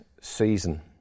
season